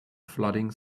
flooding